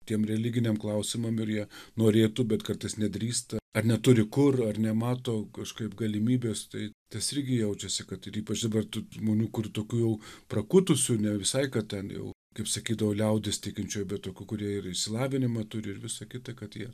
tiem religiniam klausimam ir jie norėtų bet kartais nedrįsta ar neturi kur ar nemato kažkaip galimybės tai tas irgi jaučiasi kad ir ypač dabar tų žmonių kur tokių jau prakutusių ne visai ką ten jau kaip sakydavo liaudis tikinčiųjų bet tokių kurie ir išsilavinimą turi ir visa kita kad jie